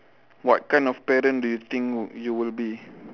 what kind of parent do you think would you would be